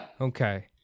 Okay